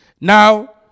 Now